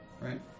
Right